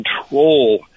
control